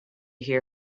hear